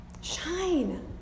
SHINE